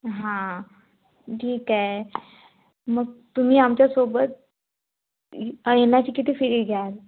हां ठीक आहे मग तुम्ही आमच्यासोबत येण्याची किती फी घ्याल